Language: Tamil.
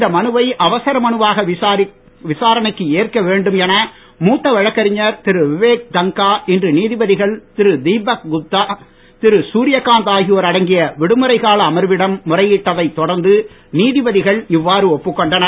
இந்த மனுவை அவசர மனுவாக விசாரணைக்கு ஏற்க வேண்டும் என மூத்த வழக்கறிஞர் திரு விவேக் தங்க்கா இன்று நீதிபதிகள் திரு தீபக்குப்தா திரு சூரியகாந்த் ஆகியோர் அடங்கிய விடுமுறைக் கால அமர்விடம் முறையிட்டதைத் தொடர்ந்து நீதிபதிகள் இவ்வாறு ஒப்புக் கொண்டனர்